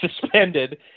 suspended